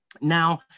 Now